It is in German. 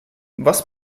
was